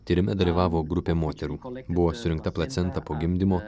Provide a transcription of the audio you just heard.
tyrime dalyvavo grupė moterų buvo surinkta placenta po gimdymo